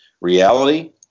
reality